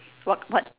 what what